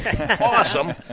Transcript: awesome